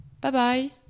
Bye-bye